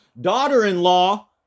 daughter-in-law